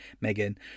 Megan